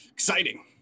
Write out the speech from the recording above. Exciting